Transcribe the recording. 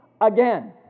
again